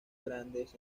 grandes